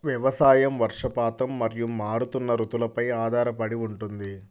వ్యవసాయం వర్షపాతం మరియు మారుతున్న రుతువులపై ఆధారపడి ఉంటుంది